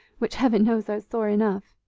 which, heaven knows, are sore enough!